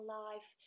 life